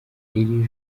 iri